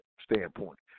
standpoint